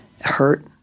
hurt